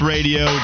Radio